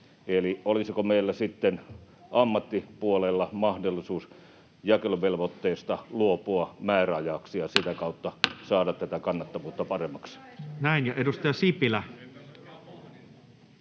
olisiko meillä sitten ammattipuolella mahdollisuus jakeluvelvoitteesta luopua määräajaksi ja sitä kautta saada tätä kannattavuutta paremmaksi?